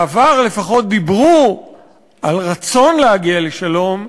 בעבר לפחות דיברו על רצון להגיע לשלום,